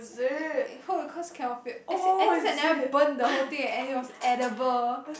eh home-econs cannot fail as in at least I never burn the whole thing and and it was edible